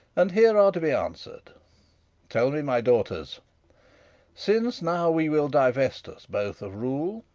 and here are to be answer'd tell me, my daughters since now we will divest us both of rule,